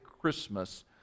Christmas